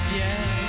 yes